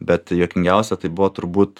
bet juokingiausia tai buvo turbūt